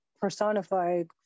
personified